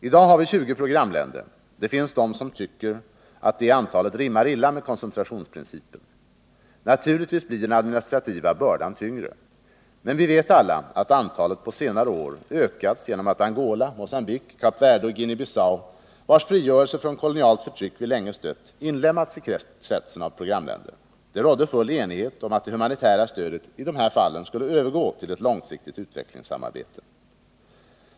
I dag har vi 20 programländer. Det finns de som tycker att detta antal rimmar illa med koncentrationsprincipen. Naturligtvis blir den administrativa bördan tyngre. Men vi vet alla att antalet på senare år ökats genom att Angola, Mocambique, Kap Verde och Guinea-Bissau, vilkas frigörelse från kolonialt förtryck vi länge stött, inlemmats i kretsen av programländer. Det rådde full enighet om att det humanitära stödet i dessa fall skulle övergå till ett långsiktigt utvecklingssamarbete.